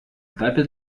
этапе